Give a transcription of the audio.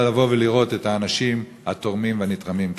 אלא לבוא ולראות את האנשים התורמים והנתרמים כאחד.